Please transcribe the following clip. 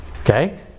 Okay